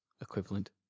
equivalent